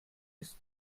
ist